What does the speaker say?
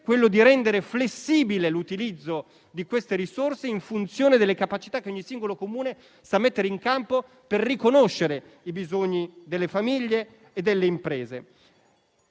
quello di rendere flessibile l'utilizzo di tali risorse in funzione delle capacità che ogni singolo Comune sa mettere in campo per riconoscere i bisogni delle famiglie e delle imprese.